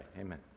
amen